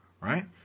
right